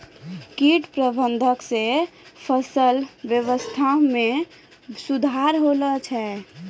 कीट प्रबंधक से फसल वेवस्था मे सुधार होलो छै